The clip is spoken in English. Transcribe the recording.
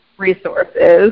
resources